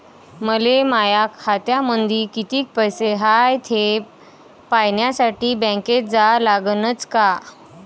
मले माया खात्यामंदी कितीक पैसा हाय थे पायन्यासाठी बँकेत जा लागनच का?